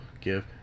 give